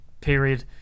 period